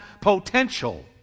potential